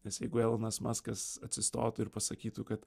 nes jeigu elonas maskas atsistotų ir pasakytų kad